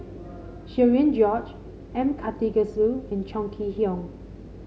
Cherian George M Karthigesu and Chong Kee Hiong